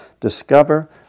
discover